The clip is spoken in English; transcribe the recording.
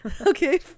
Okay